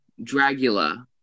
Dragula